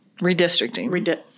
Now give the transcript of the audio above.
Redistricting